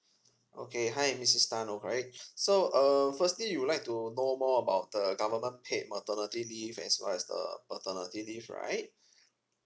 okay hi misses tan alright so um firstly you would like to know more about the government paid maternity leave as well as the paternity leave right